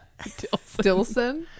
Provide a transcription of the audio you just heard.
dilson